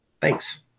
thanks